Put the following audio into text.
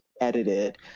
edited